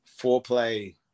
foreplay